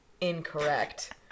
incorrect